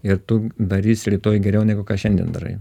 ir tu darysi rytoj geriau negu ka šiandien darai